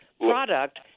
product